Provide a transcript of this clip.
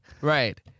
Right